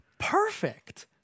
Perfect